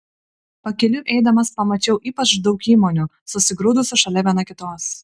pakeliui eidamas pamačiau ypač daug įmonių susigrūdusių šalia viena kitos